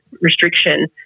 restriction